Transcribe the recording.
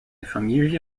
familie